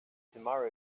tomorrow